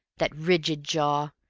that rigid jaw,